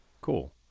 Cool